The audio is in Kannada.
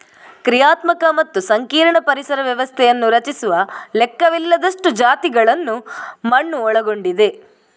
ಕ್ರಿಯಾತ್ಮಕ ಮತ್ತು ಸಂಕೀರ್ಣ ಪರಿಸರ ವ್ಯವಸ್ಥೆಯನ್ನು ರಚಿಸುವ ಲೆಕ್ಕವಿಲ್ಲದಷ್ಟು ಜಾತಿಗಳನ್ನು ಮಣ್ಣು ಒಳಗೊಂಡಿದೆ